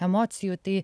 emocijų tai